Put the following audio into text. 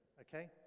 Okay